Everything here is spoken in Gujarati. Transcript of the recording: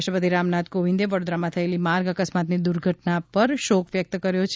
રાષ્ટ્રપતિ રામનાથ કોવિંદે વડોદરામાં થયેલી માર્ગ અકસ્માતની દુર્ઘટના પર શોક વ્યકત કર્યો છે